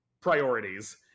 priorities